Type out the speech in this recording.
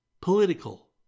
political